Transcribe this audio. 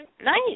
Nice